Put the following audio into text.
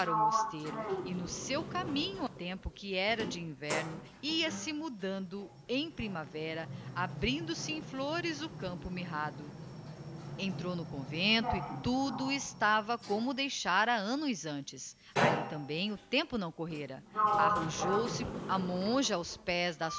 mosteiro e no seu caminho o tempo que era de inverno ia-se mudando em primavera abrindo-se em tiòres o campo mirrado entrou no convento e tudo estava como deixara annos antes alli também o tempo não correra arrojou-se a monja aos pés